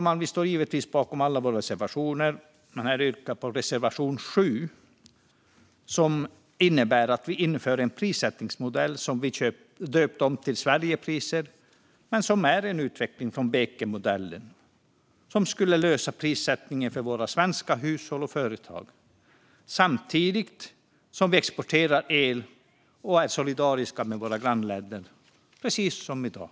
Vänsterpartiet står givetvis bakom alla våra reservationer. Men jag yrkar bifall bara till reservation 7, som innebär att vi inför en prissättningsmodell som vi döpt till Sverigepriser. Den är en utveckling från Bekenmodellen som skulle lösa prissättningen för svenska hushåll och företag, samtidigt som vi exporterar el och är solidariska med våra grannländer, precis som i dag.